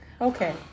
Okay